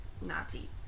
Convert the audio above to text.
Nazi